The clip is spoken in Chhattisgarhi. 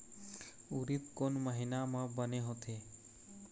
उरीद कोन महीना म बने होथे?